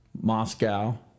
Moscow